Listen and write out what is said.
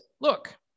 look